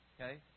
Okay